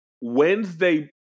Wednesday